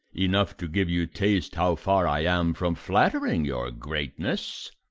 enough to give you taste how far i am from flattering your greatness.